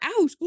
out